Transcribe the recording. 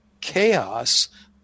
chaos